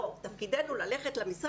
"תפקידן ללכת למשרד".